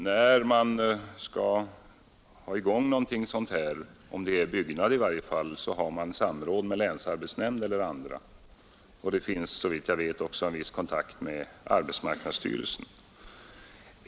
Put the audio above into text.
När man skall ha i gång någonting sådant här — i varje fall gäller det i fråga om byggnader — har man väl dessutom samråd med länsarbetsnämnd, och det finns såvitt jag vet också en viss kontakt med arbetsmarknadsstyrelsen.